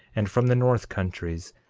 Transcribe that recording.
and from the north countries,